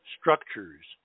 structures